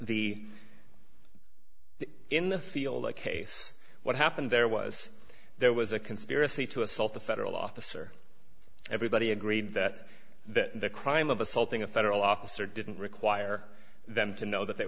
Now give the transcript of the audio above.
the in the feel like case what happened there was there was a conspiracy to assault a federal officer everybody agreed that the crime of assaulting a federal officer didn't require them to know that they